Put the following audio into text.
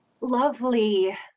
lovely